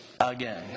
again